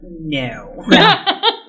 No